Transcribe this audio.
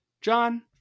John